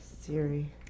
Siri